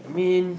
I mean